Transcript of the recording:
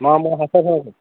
मा मा हासार नांगौ